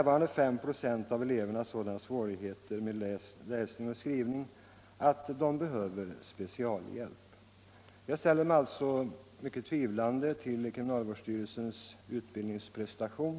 5 96 av eleverna sådana svårigheter med läsning och skrivning att de behöver speciell hjälp. Jag ställer mig alltså mycket tvivlande till kriminalvårdsstyrelsens utbildningsprestation.